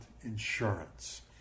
insurance